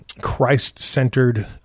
Christ-centered